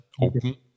open